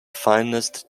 finest